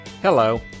Hello